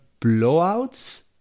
blowouts